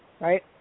right